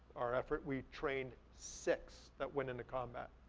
our effort. we trained six that went into combat,